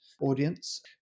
audience